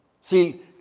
See